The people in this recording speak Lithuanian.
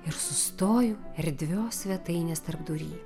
ir sustoju erdvios svetainės tarpdury